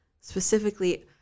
specifically